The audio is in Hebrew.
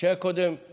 שהיה קודם של